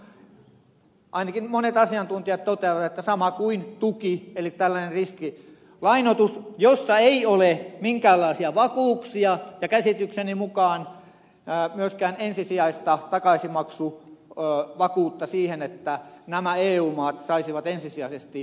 tämähän on ainakin monet asiantuntijat toteavat sama kuin tuki eli tällainen riskilainoitus jossa ei ole minkäänlaisia vakuuksia eikä käsitykseni mukaan myöskään ensisijaista takaisinmaksuvakuutta niin että eu maat saisivat lainoistaan maksua ensisijaisesti